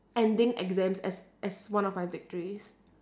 ending exams as as one of my victories